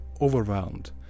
overwhelmed